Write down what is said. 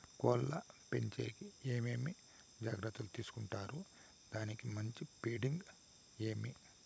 కోళ్ల పెంచేకి ఏమేమి జాగ్రత్తలు తీసుకొంటారు? దానికి మంచి ఫీడింగ్ ఏమి?